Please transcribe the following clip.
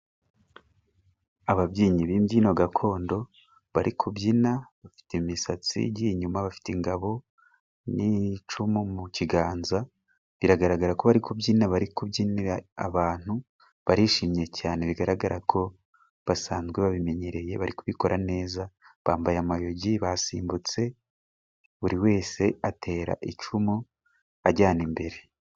Ababyinnyi b'imbyino gakondo bari kubyina bafite imisatsi igiye inyuma bafite ingabo n'icumu mu kiganza, biragaragara ko bari kubyina bari kubyinira abantu , barishimye cyane bigaragara ko basanzwe babimenyereye bari kubikora neza bambaye amayugi , basimbutse buri wese atera icumu ajyana imbere.